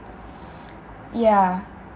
ya